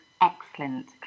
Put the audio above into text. excellent